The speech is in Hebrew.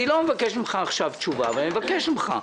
אני לא מבקש ממך עכשיו תשובה, אבל אני מבקש ממך.